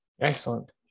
excellent